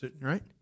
right